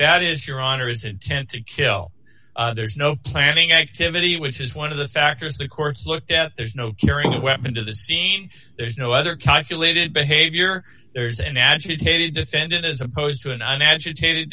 that is your honor is intent to kill there is no planning activity which is one of the factors the courts look at there's no carrying a weapon to the scene there's no other calculated behavior there's an agitated defendant as opposed to an agitated